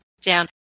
down